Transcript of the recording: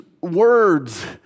words